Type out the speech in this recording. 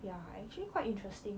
ya actually quite interesting